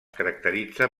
caracteritza